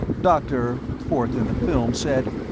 dr forth-in-the-film said,